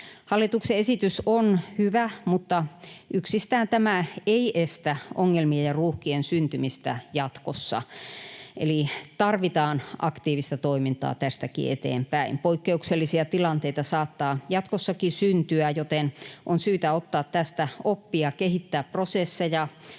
Hallituksen esitys on hyvä, mutta yksistään tämä ei estä ongelmia ja ruuhkien syntymistä jatkossa, eli tarvitaan aktiivista toimintaa tästäkin eteenpäin. Poikkeuksellisia tilanteita saattaa jatkossakin syntyä, joten on syytä ottaa tästä oppia, kehittää prosesseja